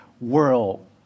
world